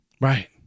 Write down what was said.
Right